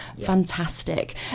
Fantastic